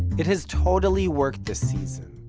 it has totally worked this season,